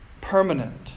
permanent